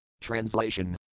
Translation